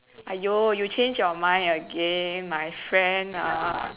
!aiyo! you change your mind again my friend ah